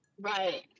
Right